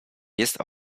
jest